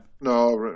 no